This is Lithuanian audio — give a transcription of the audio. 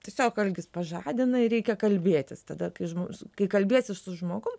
tiesiog algis pažadina ir reikia kalbėtis tada kai žmo kai kalbiesi su žmogum